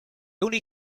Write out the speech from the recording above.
only